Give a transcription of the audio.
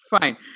fine